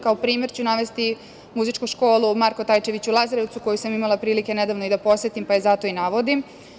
Kao primer ću navesti muzičku školu „Marko Tajčević“ u Lazarevcu, koju sam imala prilike nedavno i da posetim, pa je zato i navodim.